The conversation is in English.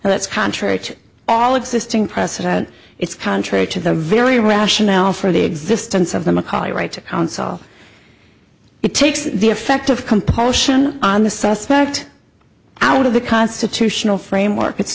and that's contrary to all existing precedent it's contrary to the very rationale for the existence of the macauley right to counsel it takes the effect of compulsion on the suspect out of the constitutional framework it's